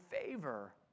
favor